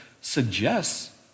suggests